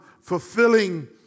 fulfilling